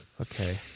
Okay